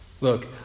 Look